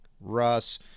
Russ